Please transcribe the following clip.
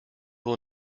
will